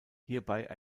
hierbei